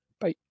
Bye